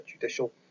judicial